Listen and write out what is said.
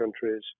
countries